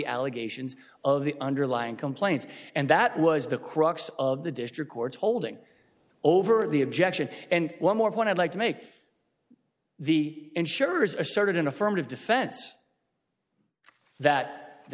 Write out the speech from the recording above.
allegations of the underlying complaints and that was the crux of the district court's holding over the objection and one more point i'd like to make the insurers asserted an affirmative defense that the